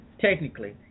technically